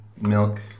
milk